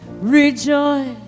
rejoice